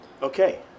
Okay